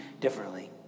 differently